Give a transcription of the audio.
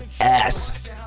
ass